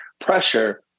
pressure